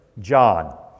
John